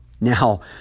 Now